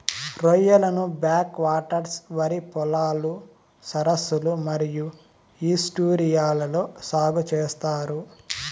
రొయ్యలను back waters, వరి పొలాలు, సరస్సులు మరియు ఈస్ట్యూరీలలో సాగు చేత్తారు